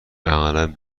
اغلب